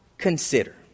consider